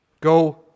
Go